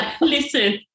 Listen